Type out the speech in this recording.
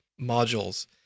modules